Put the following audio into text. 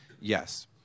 yes